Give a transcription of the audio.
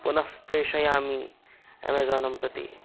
पुनः प्रेषयामि अमेज़ानं प्रति